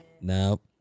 Nope